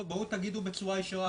בואו תגידו בצורה ישירה